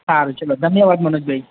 સારું ચાલો ધન્યવાદ મનોજભઈ